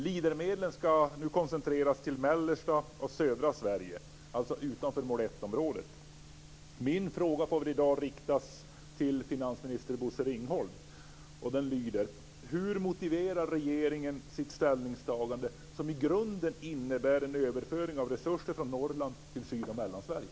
Leadermedlen ska nu koncentreras till mellersta och södra Sverige, dvs. utanför mål 1-området. Min fråga riktas i dag till finansminister Bosse Ringholm. Den lyder: Hur motiverar regeringen sitt ställningstagande som i grunden innebär en överföring av resurser från Norrland till Syd och Mellansverige?